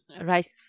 rice